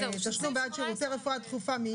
תשלום בעד שירותי רפואה דחופה מיון.